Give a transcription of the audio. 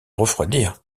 refroidir